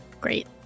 Great